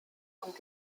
und